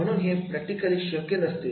म्हणून हे प्रॅक्टिकली शक्य नसते